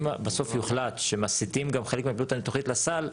אם בסוף יוחלט שמסיתים גם חלק מהפעילות הניתוחית לסל,